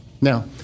Now